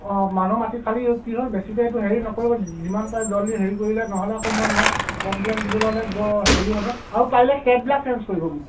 অঁ মানুহ মাটি খালি কি হ'ল বেছিকৈ এইটো হেৰি নকৰিব যিমান পাৰে জল্দি হেৰি কৰিলে নহ'লে আকৌ মই নেক্সট কমপ্লেইন দিব হ'লে বৰ হেৰি হ'ব আৰু পাৰিলে টেপবিলাক চেঞ্জ কৰিব মোক